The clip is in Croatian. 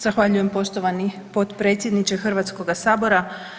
Zahvaljujem poštovani potpredsjedniče Hrvatskoga sabora.